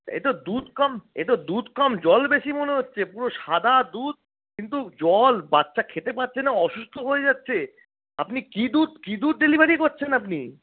এতো দুধ কম এতো দুধ কম জল বেশি মনে হচ্ছে পুরো সাদা দুধ কিন্তু জল বাচ্চা খেতে পাচ্ছে না অসুস্থ হয়ে যাচ্ছে আপনি কী দুধ কী দুধ ডেলিভারি করছেন আপনি